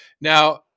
Now